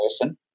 person